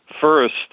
first